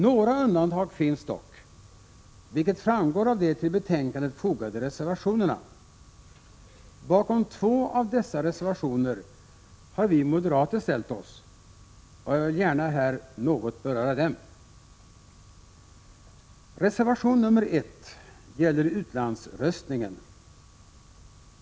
Några undantag finns dock, vilket framgår av de till betänkandet fogade reservationerna. Bakom två av dessa reservationer har vi moderater ställt oss, och jag vill här något beröra dem. Reservation 1 gäller utlandsröstningen.